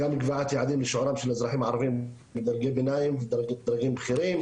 גם בקביעת יעדים לשיעורם של אזרחים ערבים בדרגי ביניים ודרגים בכירים,